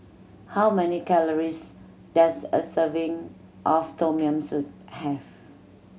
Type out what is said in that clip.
how many calories does a serving of Tom Yam Soup have